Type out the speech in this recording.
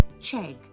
Check